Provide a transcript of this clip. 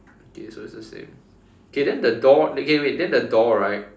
okay so it's the same K then the door K then wait then the door right